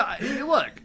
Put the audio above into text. Look